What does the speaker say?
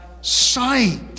sight